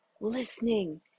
listening